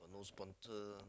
got no sponsor no